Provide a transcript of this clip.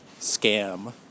scam